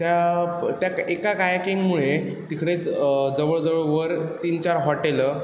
त्या प त्या एका कायाकिंगमुळे तिकडेच जवळजवळ वर तीन चार हॉटेलं